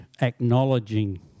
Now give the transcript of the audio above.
acknowledging